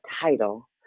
title